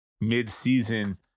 mid-season